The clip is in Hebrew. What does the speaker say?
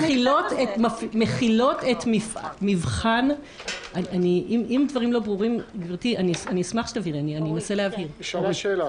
אני כן עושה אבחנה מאוד ברורה בין עובדות שניתנות בכתב האישום ולגביהן